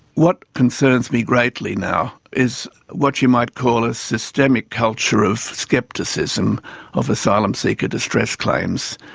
what concerns me greatly now is what you might call a systemic culture of scepticism of asylum seeker distress claims,